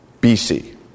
BC